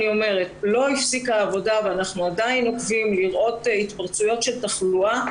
לא הפסיקה העבודה ואנחנו עדיין עוקבים לראות התפרצויות של תחלואה.